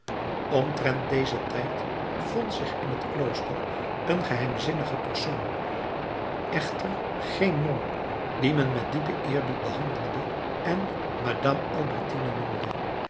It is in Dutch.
omtrent dezen tijd bevond zich in het klooster een geheimzinnige persoon echter geen non die men met diepen eerbied behandelde en madame albertine noemde